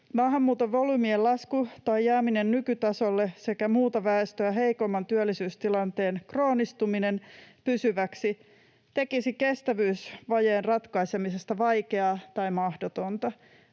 Maahanmuuton volyymien lasku tai jääminen nykytasolle sekä muuta väestöä heikomman työllisyystilanteen kroonistuminen pysyväksi tekisi kestävyysvajeen ratkaisemisesta vaikeaa tai mahdotonta,